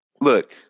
look